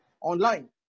online